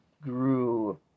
grew